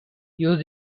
used